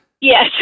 Yes